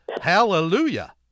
hallelujah